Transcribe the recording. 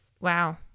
Wow